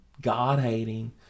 God-hating